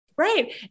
Right